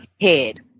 head